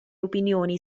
opinioni